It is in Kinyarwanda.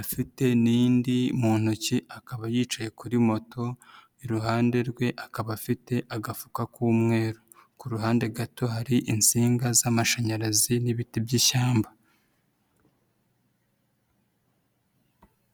afite n'indi mu ntoki akaba yicaye kuri moto, iruhande rwe akaba afite agafuka k'umweru, ku ruhande gato hari insinga z'amashanyarazi n'ibiti by'ishyamba.